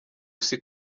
isi